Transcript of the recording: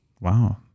Wow